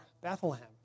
Bethlehem